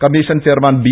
commission chairman B